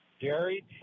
Jerry